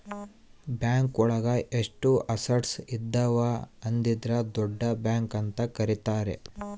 bank ಒಳಗ ಎಷ್ಟು assets ಇದಾವ ಅದ್ರಿಂದ ದೊಡ್ಡ ಬ್ಯಾಂಕ್ ಅಂತ ಕರೀತಾರೆ